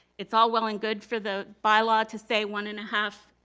it's all well and good for the bylaw to say one and a half